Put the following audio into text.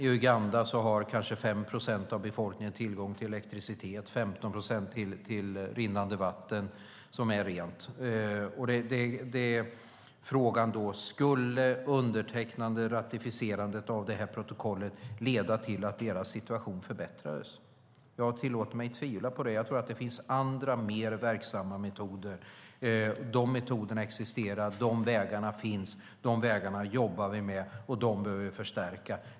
I Uganda har kanske 5 procent av befolkningen tillgång till elektricitet och 15 procent till rinnande vatten som är rent. Frågan är då: Skulle ett undertecknande och ett ratificerande av detta protokoll leda till att deras situation förbättras? Jag tillåter mig att tvivla på det. Jag tror att det finns andra mer verksamma metoder. Dessa metoder existerar, dessa vägar finns, de vägarna jobbar vi med, och de behöver vi förstärka.